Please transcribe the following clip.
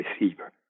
receiver